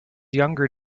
younger